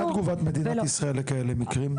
ומה היא תגובת מדינת ישראל לכאלה מקרים?